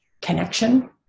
connection